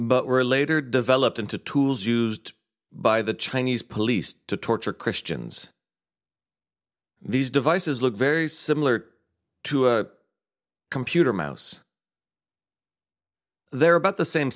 but were later developed into tools used by the chinese police to torture christians these devices look very similar to a computer mouse they're about the same